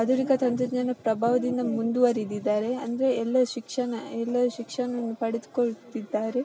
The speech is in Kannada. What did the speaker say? ಆಧುನಿಕ ತಂತ್ರಜ್ಞಾನ ಪ್ರಭಾವದಿಂದ ಮುಂದುವರೆದಿದ್ದಾರೆ ಅಂದರೆ ಎಲ್ಲ ಶಿಕ್ಷಣ ಎಲ್ಲ ಶಿಕ್ಷಣವನ್ನು ಪಡೆದ್ಕೊಳ್ತಿದ್ದಾರೆ